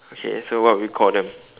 okay so what would we call them